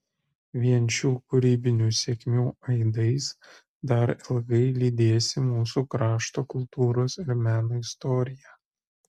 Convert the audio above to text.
vien šių kūrybinių sėkmių aidais dar ilgai lydėsi mūsų krašto kultūros ir meno istoriją